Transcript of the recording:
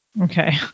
Okay